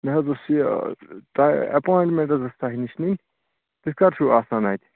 مےٚ حظ اوس یہِ تۄہہِ اٮ۪پویِنٛٹمٮ۪نٛٹ حظ اوس تۄہہِ نِش نِنۍ تُہۍ کَر چھِو آسان اَتہِ